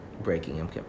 Breaking